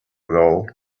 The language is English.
though